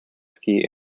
ski